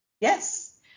Yes